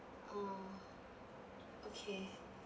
oh okay